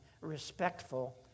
respectful